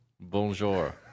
Bonjour